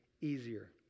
easier